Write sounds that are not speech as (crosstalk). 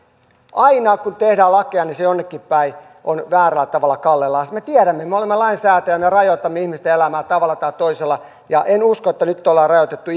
aina kun tehdään lakeja niin se jonnekin päin on väärällä tavalla kallellaan sen me tiedämme me olemme lainsäätäjiä me rajoitamme ihmisten elämää tavalla tai toisella en usko että nyt on rajoitettu (unintelligible)